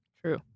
True